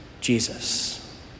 Jesus